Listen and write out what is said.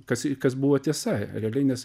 kas kas buvo tiesa realiai nes